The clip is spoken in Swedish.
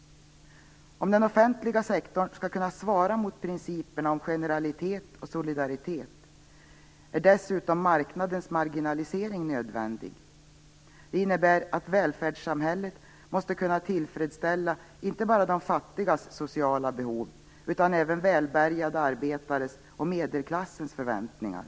Om den offentliga sektorn skall kunna svara mot principerna om generalitet och solidaritet är dessutom marknadens marginalisering nödvändig. Det innebär att välfärdssamhället måste kunna tillfredsställa inte bara de fattigas sociala behov, utan även välbärgade arbetares och medelklassens förväntningar.